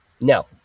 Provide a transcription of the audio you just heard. No